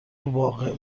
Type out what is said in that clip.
واقع